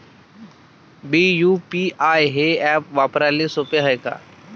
Bhim UPI हे app वापराले सोपे हाय का?